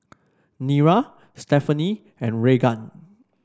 Nira Stephanie and Raegan